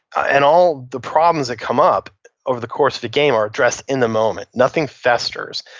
and all the problems that come up over the course of the game are addressed in the moment, nothing festers.